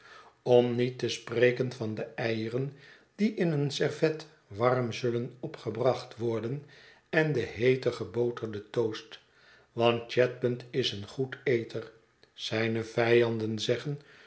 om niet te spreken van de eieren die in een servet warm zullen opgebracht worden en den heeten geboterden toast want chadband is een goed eter zijne vijanden zeggen